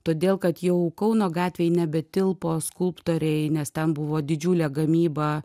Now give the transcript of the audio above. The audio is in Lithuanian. todėl kad jau kauno gatvėj nebetilpo skulptoriai nes ten buvo didžiulė gamyba